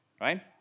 right